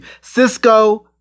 Cisco